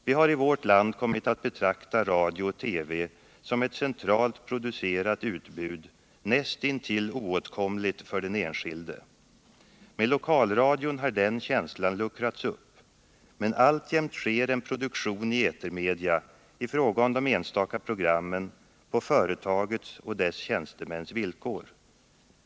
Vi har i vårt land kommit att betrakta radio och TV som förmedlare av ett centralt producerat utbud, näst intill oåtkomligt för den enskilde. Med lokalradion har den känslan luckrats upp, men i fråga om de enstaka programmen sker alltjämt produktionen i etermedia på företagets och dess tjänstemäns villkor.